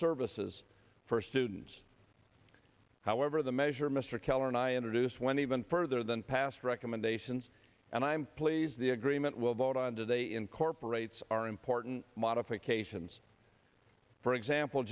services for students however the measure mr keller and i introduced went even further than past recommendations and i'm pleased the agreement will vote on today incorporates are important modifications for example